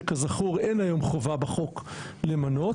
שכזכור אין היום חובה בחוק למנות,